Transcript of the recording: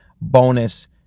bonus